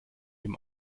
dem